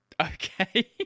Okay